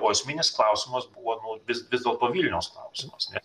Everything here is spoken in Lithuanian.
o esminis klausimas buvo nu vis vis dėlto vilniaus klausimas ne